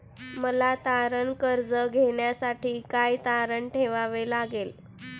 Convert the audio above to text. मला तारण कर्ज घेण्यासाठी काय तारण ठेवावे लागेल?